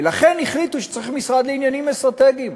ולכן החליטו שצריך משרד לעניינים אסטרטגיים.